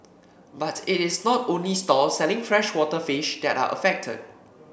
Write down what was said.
but it is not only stalls selling freshwater fish that are affected